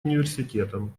университетом